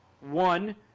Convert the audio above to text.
one